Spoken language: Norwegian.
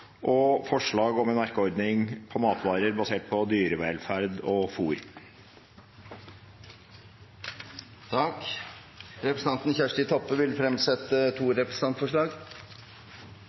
og et forslag om merkeordninger på matvarer om dyrevelferd, grovfôrandel og antibiotikabruk. Representanten Kjersti Toppe vil fremsette to representantforslag.